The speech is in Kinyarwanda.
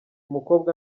mukobwa